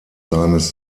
seines